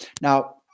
now